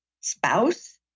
spouse